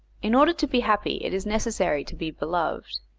in order to be happy it is necessary to be beloved,